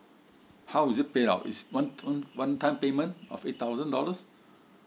how is it pay out is one one one time payment of eight thousand dollars